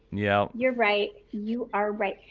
yeah you're right. you are right.